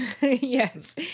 Yes